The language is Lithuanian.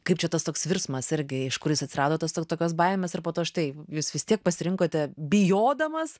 kaip čia tas toks virsmas irgi iš kur jis atsirado tas tokios baimės ir po to štai jūs vis tiek pasirinkote bijodamas